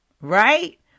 right